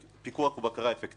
פיקוח ובקרה אפקטיביים.